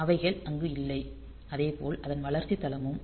அவைகள் அங்கு இல்லை அதேபோல் அதன் வளர்ச்சி தளமும்